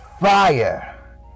fire